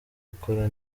ukore